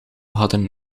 hadden